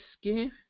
skin